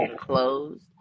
closed